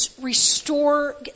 Restore